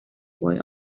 boy